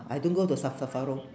I don't go the sep~ sephora